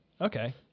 Okay